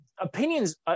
opinions